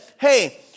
hey